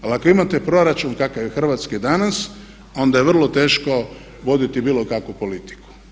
Ali ako imate proračun kakav je hrvatski danas onda je vrlo teško voditi bilo kakvu politiku.